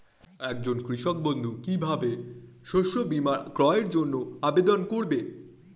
একজন কৃষক বন্ধু কিভাবে শস্য বীমার ক্রয়ের জন্যজন্য আবেদন করবে?